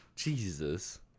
Jesus